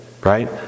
right